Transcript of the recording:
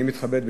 אני מתכבד,